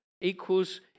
equals